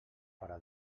farà